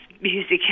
music